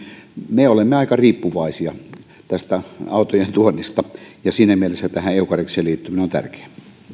me olemme aika riippuvaisia autojen tuonnista ja siinä mielessä tähän eucarisiin liittyminen on tärkeää